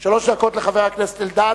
שלוש דקות לחבר הכנסת אלדד.